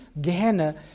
Gehenna